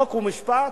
חוק ומשפט,